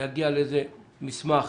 להגיע לאיזה מסמך